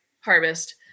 harvest